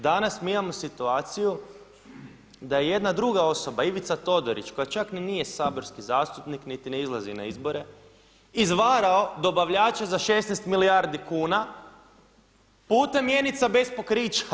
Danas mi imamo situaciju da je jedna druga osoba, Ivica Todorić koja čak ni nije saborski zastupnik, niti ne izlazi na izbore izvarao dobavljače za 16 milijardi kuna putem mjenica bez pokrića.